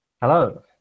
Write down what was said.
Hello